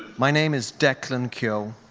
my name is declan keough.